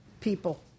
people